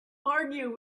argue